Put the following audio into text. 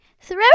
Throw